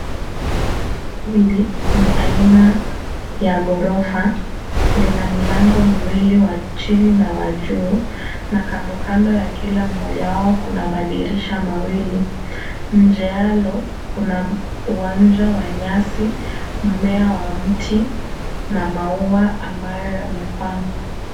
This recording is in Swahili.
Jengo hili ni aina ya ghorofa. Lina milango miwili, wa chini na wa juu, na kandokando ya kila mmoja wao kuna madirisha mawili. Nje yalo, kuna uwanja wa nyasi, mmea wa mti na maua ambayo yamepandwa.